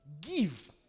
Give